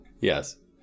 Yes